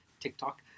TikTok